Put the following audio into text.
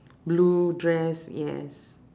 blue dress yes